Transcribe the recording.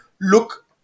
look